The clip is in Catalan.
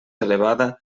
elevada